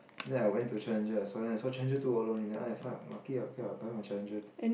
then I went to challenger so then I saw challenger two dollar only then I felt lucky okay okay I buy from challenger